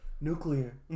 Nuclear